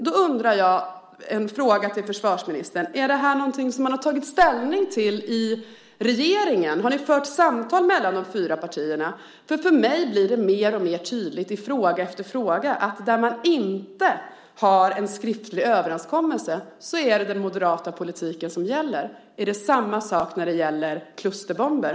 Därför vill jag fråga försvarsministern: Är det något som man tagit ställning till i regeringen? Har ni fört samtal mellan de fyra partierna? Jag tycker nämligen att det blir mer och mer tydligt, i fråga efter fråga, att i de fall man inte har en skriftlig överenskommelse är det den moderata politiken som gäller. Är det så också när det gäller klusterbomber?